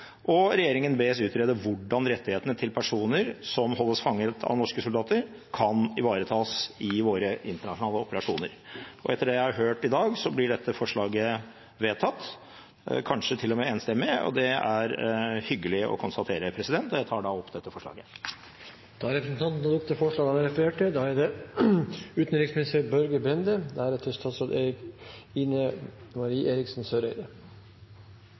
hvordan rettighetene til personer som holdes fanget av norske soldater kan ivaretas i våre internasjonale operasjoner.» Etter det jeg har hørt i dag, blir dette forslaget vedtatt, kanskje til og med enstemmig, og det er hyggelig å konstatere. Jeg tar da opp dette forslaget. Representanten Rasmus Hansson har tatt opp det forslaget han refererte. Først ønsker jeg å uttrykke en ærbødig takk til